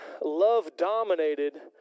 love-dominated